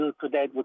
today